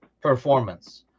performance